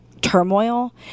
turmoil